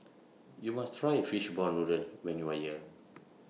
YOU must Try Fishball Noodle when YOU Are here